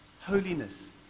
holiness